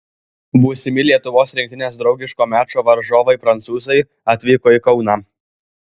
būsimi lietuvos rinktinės draugiško mačo varžovai prancūzai atvyko į kauną